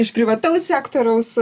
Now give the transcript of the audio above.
iš privataus sektoriaus